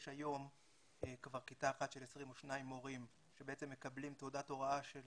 יש היום כבר כיתה אחת עם 22 מורים שמקבלים תעודת הוראה של